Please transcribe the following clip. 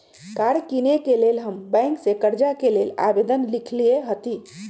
कार किनेके लेल हम बैंक से कर्जा के लेल आवेदन लिखलेए हती